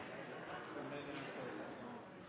takkar